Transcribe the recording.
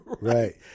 Right